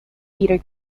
peter